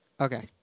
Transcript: Okay